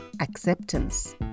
acceptance